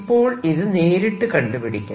ഇപ്പോൾ ഇത് നേരിട്ട് കണ്ടുപിടിക്കാം